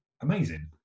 amazing